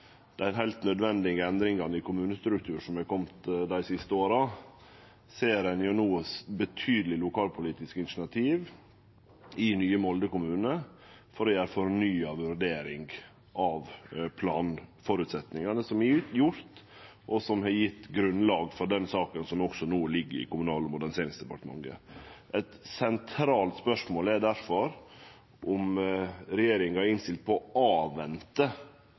heilt nødvendige endringane i kommunestrukturen som har kome dei siste åra, ser ein no eit betydeleg lokalpolitisk initiativ i nye Molde kommune etter ei fornya vurdering av planføresetnadene som er gjorde, og som har gjeve grunnlag for den saka som no ligg i Kommunal- og moderniseringsdepartementet. Eit sentralt spørsmål er difor om regjeringa er innstilt på å